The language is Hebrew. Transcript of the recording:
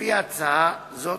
לפי ההצעה הזאת,